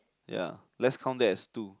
ya let's count that as two